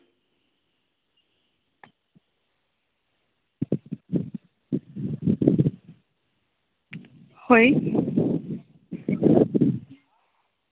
ᱦᱳᱭ